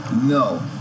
No